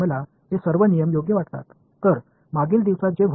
எனவே அதைச் செய்வதால் எனக்கு இந்த விதிகள் அனைத்தையும் சரியாகக் கொடுக்கிறது